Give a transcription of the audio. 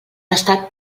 estat